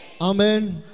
Amen